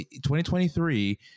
2023